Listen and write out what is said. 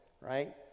right